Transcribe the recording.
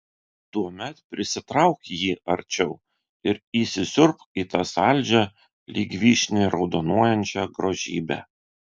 tuomet prisitrauk jį arčiau ir įsisiurbk į tą saldžią lyg vyšnia raudonuojančią grožybę